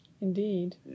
indeed